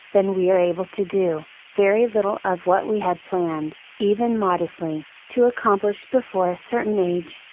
than we are able to do, very little of what we had planned, even modestly, to accomplish before a certain age,